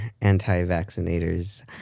anti-vaccinators